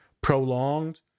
prolonged